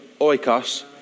oikos